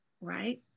right